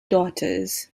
daughters